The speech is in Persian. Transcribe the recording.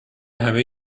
همه